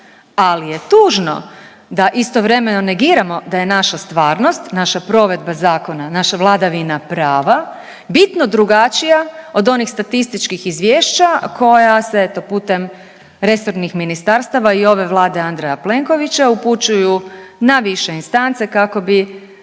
Ali je tužno da istovremeno negiramo da je naša stvarnost, naša provedba zakona, naša vladavina prava bitno drugačija od onih statističkih izvješća koja se eto putem resornih ministarstava i ove Vlade Andreja Plenkovića upućuju na više instance kako bi